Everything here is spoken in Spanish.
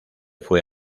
fue